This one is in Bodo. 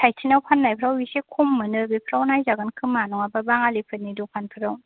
शाइथिङाव फाननायफ्राव एसे खम मोनो बेफ्राव नायजागोन खोमा नङाबा बाङालिफोरनि दखानफ्राव